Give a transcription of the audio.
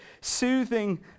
soothing